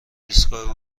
ایستگاه